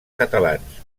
catalans